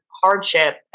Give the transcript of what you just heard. hardship